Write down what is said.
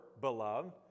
beloved